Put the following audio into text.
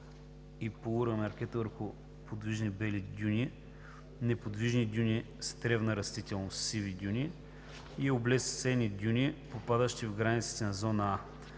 и полуремаркета върху подвижни (бели) дюни, неподвижни дюни с тревна растителност (сиви дюни) и облесени дюни, попадащи в границите на зона